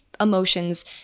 emotions